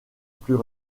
plus